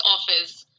office